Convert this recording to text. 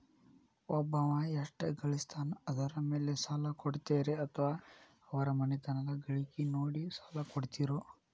ಒಬ್ಬವ ಎಷ್ಟ ಗಳಿಸ್ತಾನ ಅದರ ಮೇಲೆ ಸಾಲ ಕೊಡ್ತೇರಿ ಅಥವಾ ಅವರ ಮನಿತನದ ಗಳಿಕಿ ನೋಡಿ ಸಾಲ ಕೊಡ್ತಿರೋ?